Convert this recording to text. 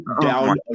down